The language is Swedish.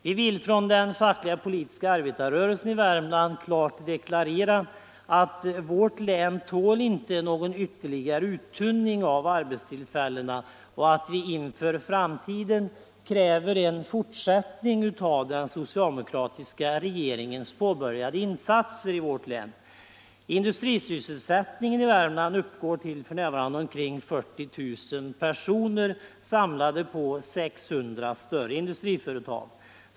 Vi vill inom den fackliga politiska arbetarrörelsen i Värmland klart deklarera att vårt län inte tål någon ytterligare uttunning av arbetstillfällena och att vi inför framtiden kräver en fortsättning av den socialdemokratiska regeringens påbörjade insatser i vårt län. Industrisysselsättningen i Värmlands län uppgår f.n. till omkring 40 000 personer, fördelade på 600 större industriföretag.